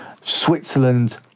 Switzerland